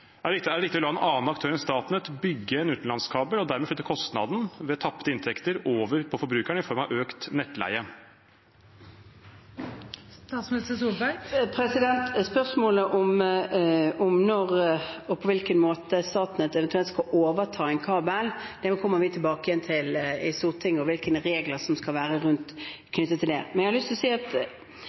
Er det riktig å la en annen aktør enn Statnett bygge en utenlandskabel og dermed flytte kostnaden ved tapte inntekter over på forbrukeren i form av økt nettleie? Spørsmålet om når og på hvilken måte Statnett eventuelt skal overta en kabel, kommer vi tilbake igjen til i Stortinget – og hvilke regler som skal være knyttet til det. For det første har jeg lyst til å si at